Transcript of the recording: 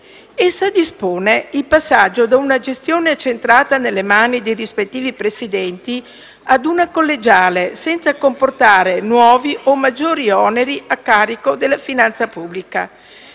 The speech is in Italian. Essa dispone il passaggio da una gestione accentrata nelle mani dei rispettivi presidenti a una collegiale, senza comportare nuovi o maggiori oneri a carico della finanza pubblica.